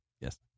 Yes